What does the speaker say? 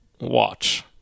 watch